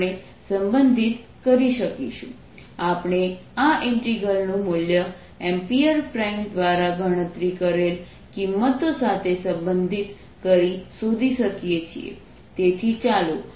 B 0I4πdlr rr r3dV04πjr×r rr r3dV આપણે આ integral નું મૂલ્ય એમ્પીયર પ્રાઈમ દ્વારા ગણતરી કરેલ કિંમત સાથે સંબંધિત કરી શોધી શકીએ છીએ તેથી ચાલો હવે તે કરીએ